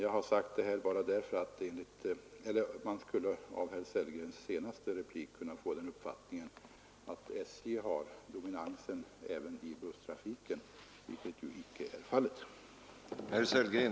Jag har sagt detta därför att man av herr Sellgrens senaste replik kunde få uppfattningen att SJ har dominansen även i busstrafiken, vilket ju icke är fallet.